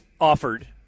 offered